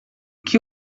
que